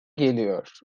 geliyor